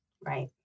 Right